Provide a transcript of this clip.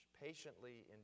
patiently